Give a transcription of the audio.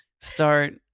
start